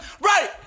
right